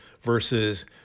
versus